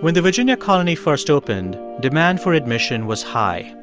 when the virginia colony first opened, demand for admission was high.